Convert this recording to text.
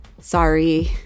Sorry